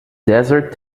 desert